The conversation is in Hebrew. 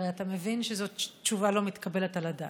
הרי אתה מבין שזאת תשובה לא מקבלת על הדעת.